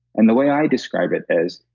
and the way i describe it is,